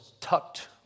tucked